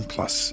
Plus